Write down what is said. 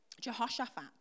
Jehoshaphat